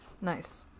nice